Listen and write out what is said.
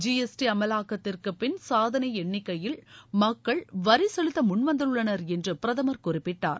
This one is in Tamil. ஜி எஸ் டி அமலாக்கத்திற்கு பின் சாதனை எண்ணிக்கையில் மக்கள் வரி செலுத்த முன்வந்துள்ளனா் என்று பிரதமர் குறிப்பிட்டார்